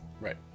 Right